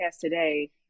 today